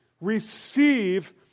Receive